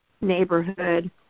neighborhood